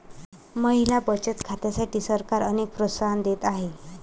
महिला बचत खात्यांसाठी सरकार अनेक प्रोत्साहन देत आहे